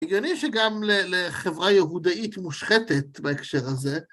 הגיוני שגם לחברה יהודאית מושחתת בהקשר הזה.